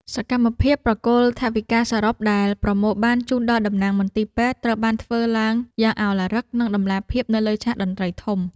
សកម្មភាពប្រគល់ថវិកាសរុបដែលប្រមូលបានជូនដល់តំណាងមន្ទីរពេទ្យ ត្រូវបានធ្វើឡើងយ៉ាងឱឡារិក និងតម្លាភាពនៅលើឆាកតន្ត្រីធំ។